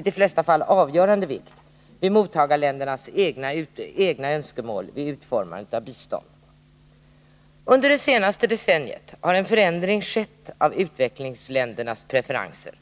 de flesta fall avgörande, vikt fästs vid mottagarländernas egna önskemål när det gäller utformandet av bistånd. Under det senaste decenniet har en förändring skett av utvecklingsländernas preferenser.